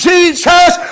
Jesus